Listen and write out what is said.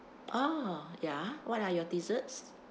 oh ya what are your desserts